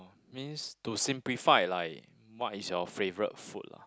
means to simplify like what is your favourite food lah